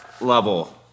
level